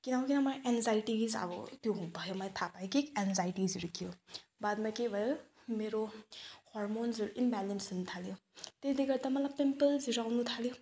किन हो किन मलाई एङ्जाइटिस अब त्यो भयो मैले थाहा पाएँ कि एङ्जाइटिसहरू के हो बादमा के भयो मेरो हर्मोन्सहरू इम्ब्यालेन्स हुनु थाल्यो त्यसले गर्दा मलाई पिम्पल्सहरू आउनु थाल्यो